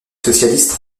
socialistes